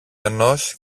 ενός